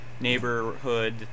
neighborhood